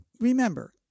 remember